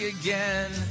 again